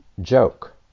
joke